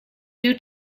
due